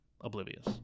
Oblivious